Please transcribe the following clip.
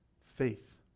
faith